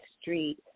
street